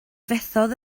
fethodd